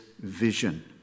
vision